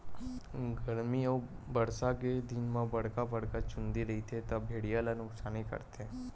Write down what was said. गरमी अउ बरसा के दिन म बड़का बड़का चूंदी रइही त भेड़िया ल नुकसानी करथे